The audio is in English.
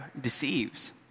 deceives